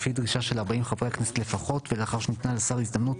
לפי דרישה של ארבעים חברי הכנסת לפחות ולאחר שניתנה לשר הזדמנות